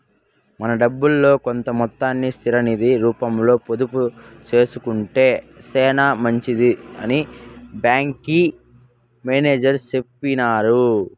మన డబ్బుల్లో కొంత మొత్తాన్ని స్థిర నిది రూపంలో పొదుపు సేసుకొంటే సేనా మంచిదని బ్యాంకి మేనేజర్ సెప్పినారు